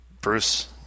Bruce